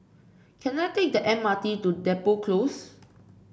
can I take the M R T to Depot Close